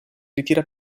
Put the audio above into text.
ritira